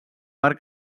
bar